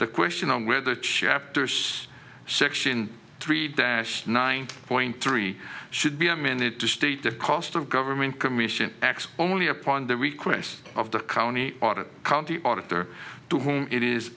the question on whether chapters section three dash nine point three should be amended to state the cost of government commission acts only upon the request of the county audit county auditor to whom it is